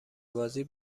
بازی